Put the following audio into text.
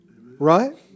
right